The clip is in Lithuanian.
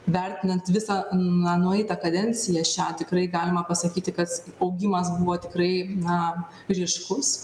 vertinant visą na nueitą kadenciją šią tikrai galima pasakyti kad augimas buvo tikrai na ryškus